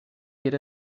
get